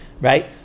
right